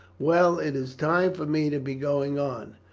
well, it is time for me to be going on.